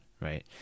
right